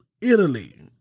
Italy